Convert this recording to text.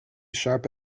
sharp